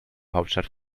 hauptstadt